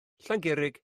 llangurig